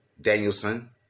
Danielson